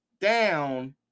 down